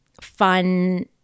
fun